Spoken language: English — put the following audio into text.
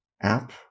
app